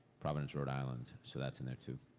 providence, rhode island. so that's in there, too.